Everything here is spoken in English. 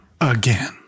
again